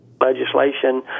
legislation